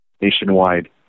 nationwide